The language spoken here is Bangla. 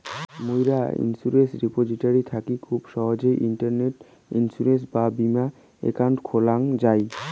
মুইরা ইন্সুরেন্স রিপোজিটরি থাকি খুব সহজেই ইন্টারনেটে ইন্সুরেন্স বা বীমা একাউন্ট খোলাং যাই